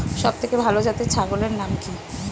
সবথেকে ভালো জাতের ছাগলের নাম কি?